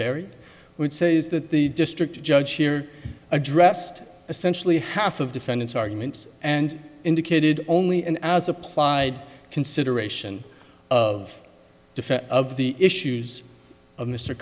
very weird says that the district judge here addressed essentially half of defendants arguments and indicated only in as applied consideration of defense of the issues of mr